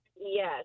Yes